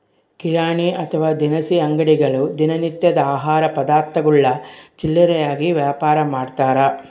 ಕಿರಾಣಿ ಅಥವಾ ದಿನಸಿ ಅಂಗಡಿಗಳು ದಿನ ನಿತ್ಯದ ಆಹಾರ ಪದಾರ್ಥಗುಳ್ನ ಚಿಲ್ಲರೆಯಾಗಿ ವ್ಯಾಪಾರಮಾಡ್ತಾರ